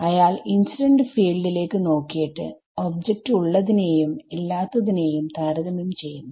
അയാൾ incident field ലേക്ക് നോക്കിയിട്ട് ഒബ്ജക്റ്റ് ഉള്ളത്തിനെയും ഇല്ലാത്തതിനെയും താരതമ്യം ചെയ്യുന്നു